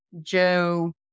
Joe